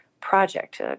project